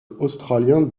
australien